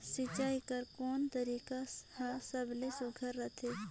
सिंचाई कर कोन तरीका हर सबले सुघ्घर रथे?